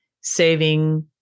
saving